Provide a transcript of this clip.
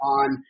on